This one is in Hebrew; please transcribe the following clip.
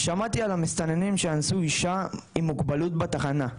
שמעתי על המסתננים שאנסו אישה עם מוגבלות בתחנה,